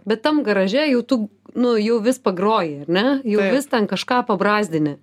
bet tam garaže jau tu nu jau vis pagroji ar ne jau vis ten kažką pabrazdini